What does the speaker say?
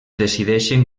decideixen